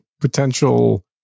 potential